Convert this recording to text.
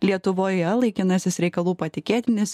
lietuvoje laikinasis reikalų patikėtinis